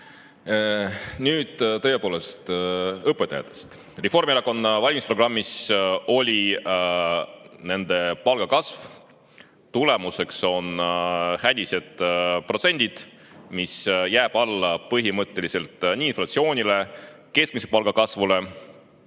Nüüd tõepoolest õpetajatest. Reformierakonna valimisprogrammis oli [kirjas] nende palga kasv. Tulemuseks on aga hädised protsendid, mis jäävad põhimõtteliselt alla nii inflatsioonile, keskmise palga kasvule